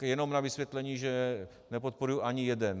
Jenom na vysvětlení, že nepodporuji ani jeden.